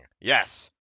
Yes